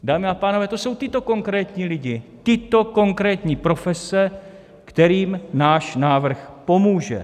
Dámy a pánové, to jsou tito konkrétní lidé, tyto konkrétní profese, kterým náš návrh pomůže.